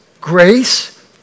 grace